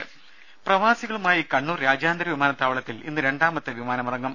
രുര പ്രവാസികളുമായി കണ്ണൂർ രാജ്യാന്തര വിമാനത്താവളത്തിൽ ഇന്ന് രണ്ടാമത്തെ വിമാനമിറങ്ങും